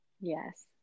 yes